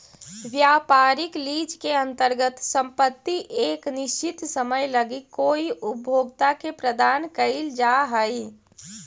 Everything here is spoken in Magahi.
व्यापारिक लीज के अंतर्गत संपत्ति एक निश्चित समय लगी कोई उपभोक्ता के प्रदान कईल जा हई